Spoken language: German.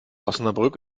osnabrück